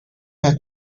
had